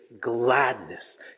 gladness